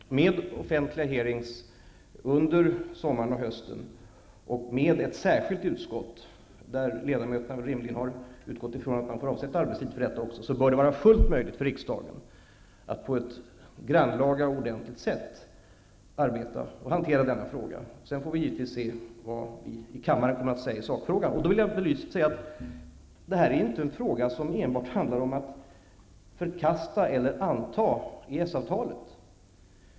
Med hjälp av offentliga hearings under sommaren och hösten och med ett särskilt utskott, där ledamöterna rimligen har utgått från att man får avsätta arbetstid för detta arbete, bör det vara fullt möjligt för riksdagen att på ett grannlaga och ordentligt sätt arbeta med frågan. Sedan får vi givetvis se vad vi i kammaren kommer att säga i sakfrågan. Det här är inte en fråga som enbart handlar om att förkasta eller anta EES-avtalet.